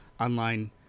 online